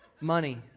Money